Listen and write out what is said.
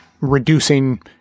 reducing